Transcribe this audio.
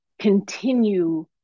continue